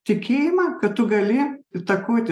tikėjimą kad tu gali įtakoti